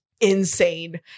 insane